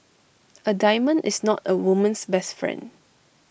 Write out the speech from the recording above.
A diamond is not A woman's best friend